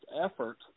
effort